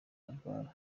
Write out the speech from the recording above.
arwara